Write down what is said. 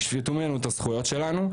יפשטו מאיתנו את הזכויות שלנו,